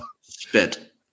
Spit